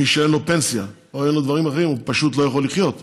מי שאין לו פנסיה או אין לו דברים אחרים פשוט לא יכול לחיות,